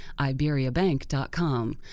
IberiaBank.com